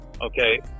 Okay